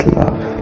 love